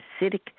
acidic